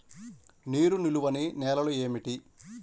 నీరు నిలువని నేలలు ఏమిటి?